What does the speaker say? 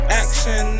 action